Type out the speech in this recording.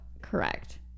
correct